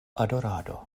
adorado